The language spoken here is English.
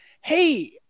hey